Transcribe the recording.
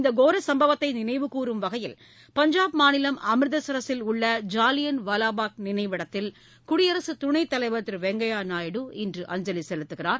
இந்த கோர சும்பவத்தை நினைவு கூறும் வகையில் பஞ்சாப் மாநிலம் அமிர்தசரஸில் உள்ள ஜாலியன் வாலாபாக் நினைவிடத்தில் குடியரசு துணைத் தலைவர் திருவெங்கையா நாயுடு இன்று அஞ்சலி செலுத்துகிறார்